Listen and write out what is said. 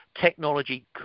technology